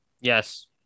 Yes